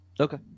Okay